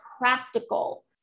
practical